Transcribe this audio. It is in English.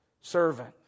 servant